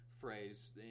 phrase